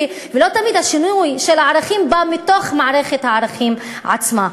ולא תמיד השינוי של הערכים בא מתוך מערכת הערכים עצמם,